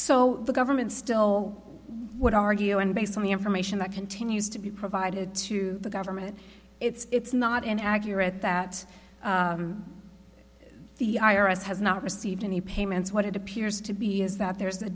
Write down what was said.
so the government still would argue and based on the information that continues to be provided to the government it's not an accurate that the i r s has not received any payments what it appears to be is that there's a